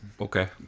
okay